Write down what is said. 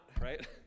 right